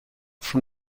from